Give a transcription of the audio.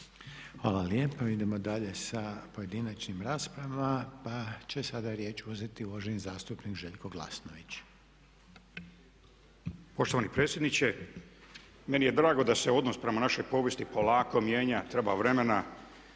Hvala lijepa. Idemo dalje sa pojedinačnom raspravom. Sada će riječ uzeti uvaženi zastupnik Željko Glasnovnić. **Glasnović, Željko (HDZ)** Poštovani predsjedniče meni je drago da se odnos prema našoj povijesti polako mijenja, treba vremena.